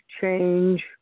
change